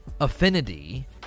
affinity